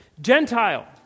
Gentile